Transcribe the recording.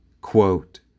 Quote